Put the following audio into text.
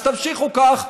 אז תמשיכו כך,